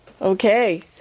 Okay